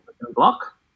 Block